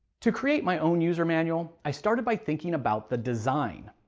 to create my own user manual, i started by thinking about the design.